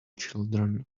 children